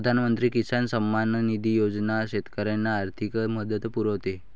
प्रधानमंत्री किसान सन्मान निधी योजना शेतकऱ्यांना आर्थिक मदत पुरवते